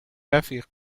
رفیق